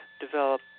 develop